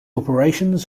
operations